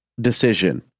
decision